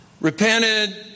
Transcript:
repented